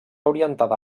orientada